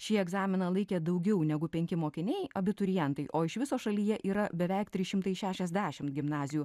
šį egzaminą laikė daugiau negu penki mokiniai abiturientai o iš viso šalyje yra beveik trys šimtai šešiasdešimt gimnazijų